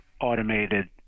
automated